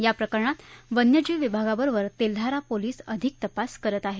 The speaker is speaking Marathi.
या प्रकरणात वन्यजीव विभागाबरोबर तेल्हारा पोलिस अधिक तपास करत आहे